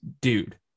dude